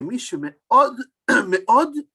מישהו מאד מאד